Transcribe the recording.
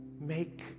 make